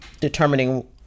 determining